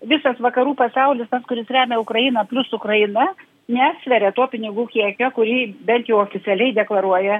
visas vakarų pasaulis tas kuris remia ukrainą plius ukraina neatsveria tuo pinigų kiekio kurį bent jau oficialiai deklaruoja